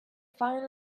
fine